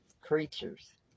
creatures